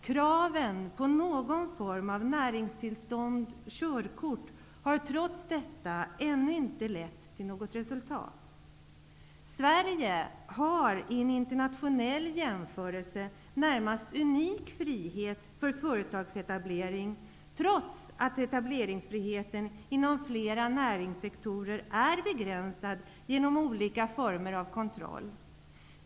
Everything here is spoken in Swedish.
Kraven på någon form av näringstillstånd/körkort har trots detta ännu inte lett till något resultat. Sverige har vid en internationell jämförelse en närmast unik frihet för företagsetablering, trots att etableringsfriheten inom flera näringssektorer är begränsad genom olika former av kontroll.